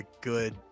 good